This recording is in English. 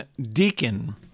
Deacon